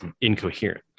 incoherent